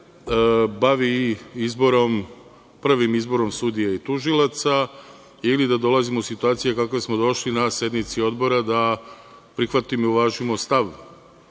se bavi prvim izborom sudija i tužilaca ili da dolazimo u situacije u kakve smo došli na sednici Odbora, da prihvatimo i uvažimo stav